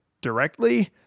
directly